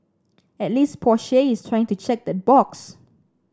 at least Porsche is trying to check that box